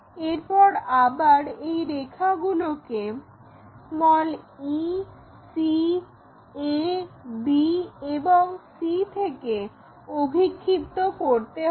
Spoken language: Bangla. এরপর আবার এই রেখাগুলিকে e c a b এবং c থেকে অভিক্ষিপ্ত করতে হবে